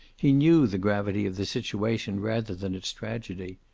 he knew the gravity of the situation rather than its tragedy.